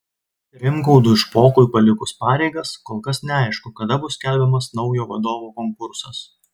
rimgaudui špokui palikus pareigas kol kas neaišku kada bus skelbiamas naujo vadovo konkursas